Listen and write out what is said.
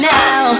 now